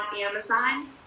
Amazon